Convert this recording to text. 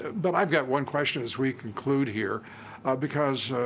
but i've got one question as we conclude here because,